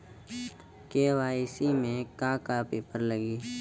KYC में का का पेपर लगी?